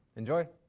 enjoy.